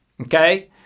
Okay